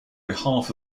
behalf